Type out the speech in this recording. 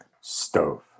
stove